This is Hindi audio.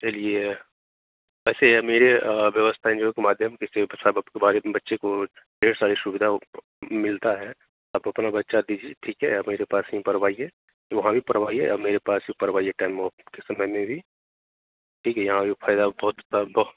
चलिए वैसे मेरे यहाँ व्यवस्था एन जी ओ के माध्यम जिससे सब आपके बारे में बच्चे को ढेर सारी सुविधा मिलता है आप अपना बच्चा दीजिए ठीक है मेरे पास यहीं पढ़वाइए वहाँ भी पढ़वाइए और मेरे पास भी पढ़वाइए टाइम ऑफ के समय में भी ठीक है यहाँ भी फायदा बहुत होता है उनको